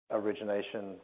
origination